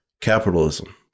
Capitalism